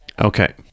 okay